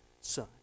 Son